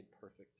perfect